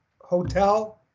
Hotel